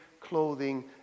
clothing